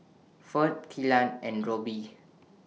Ferd Killian and Roby